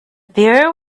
beer